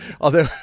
Although-